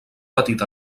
petit